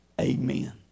amen